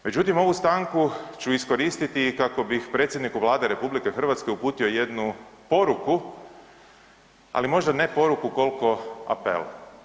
Međutim, ovu stanku ću iskoristiti kako bih predsjedniku Vlade RH uputio jednu poruku, ali možda ne poruku koliko apel.